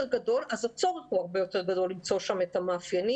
אז הצורך הוא הרבה יותר גדול למצוא שם את המאפיינים.